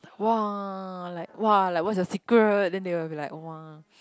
!wah! like !wah! like what's your secret then they will be like !wah!